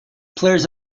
players